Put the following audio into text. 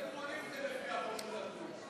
גם היום תגמולים זה לפי החור שבגרוש.